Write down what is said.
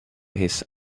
his